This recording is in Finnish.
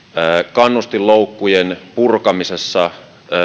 kannustinloukkujen purkaminen